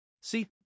See